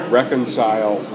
reconcile